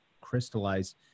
crystallize